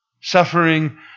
suffering